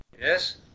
Yes